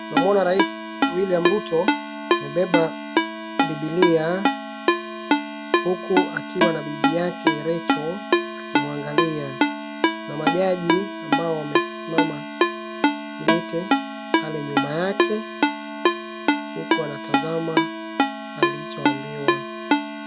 Tunamwona rais William Ruto amebeba bibilia huku akiwa na bibi yake Rachel akimwangalia. Kuna majaji ambao wamesimama kidete pale nyuma yake, huku wanatazama alichoambiwa.